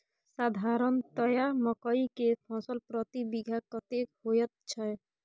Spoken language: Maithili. साधारणतया मकई के फसल प्रति बीघा कतेक होयत छै?